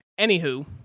anywho